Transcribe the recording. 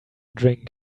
drink